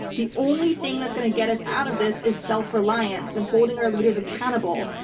the only thing that's going to get us out of this is self-reliance and holding our leaders accountable.